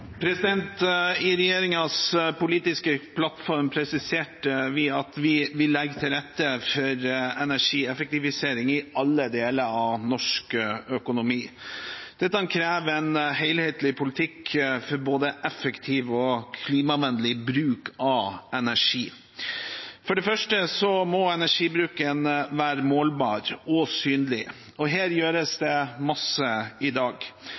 I regjeringens politiske plattform presiserte vi at vi legger til rette for energieffektivisering i alle deler av norsk økonomi. Dette krever en helhetlig politikk for både effektiv og klimavennlig bruk av energi. For det første må energibruken være målbar og synlig. Her gjøres det mye i dag,